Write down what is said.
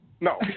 No